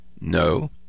No